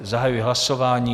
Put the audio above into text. Zahajuji hlasování.